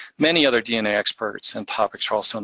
many other dna experts and topics are ah so and